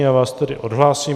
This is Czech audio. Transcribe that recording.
Já vás tedy odhlásím.